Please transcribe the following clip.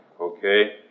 Okay